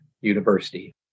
University